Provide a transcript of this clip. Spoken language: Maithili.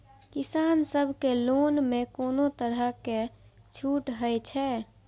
किसान सब के लोन में कोनो तरह के छूट हे छे?